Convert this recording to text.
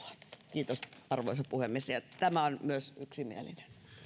kiitos arvoisa puhemies ja ja tämä on myös yksimielinen